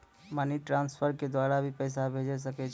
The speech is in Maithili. मनी ट्रांसफर के द्वारा भी पैसा भेजै सकै छौ?